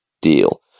deal